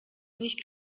nicht